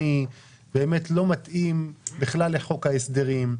חובבני ולא מתאים לחוק ההסדרים.